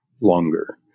longer